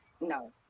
No